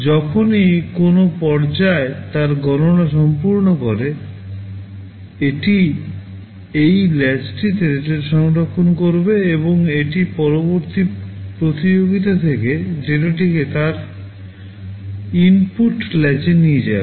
যখনই কোনও পর্যায় তার গণনা সম্পূর্ণ করে এটি এই ল্যাচটিতে নিয়ে যাবে